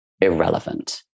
irrelevant